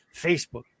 Facebook